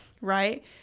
right